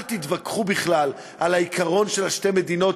אל תתווכחו בכלל על העיקרון של שתי מדינות,